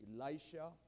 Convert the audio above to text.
Elisha